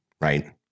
right